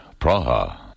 Praha